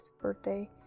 birthday